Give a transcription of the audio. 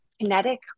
kinetic